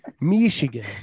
Michigan